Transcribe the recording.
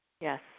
Yes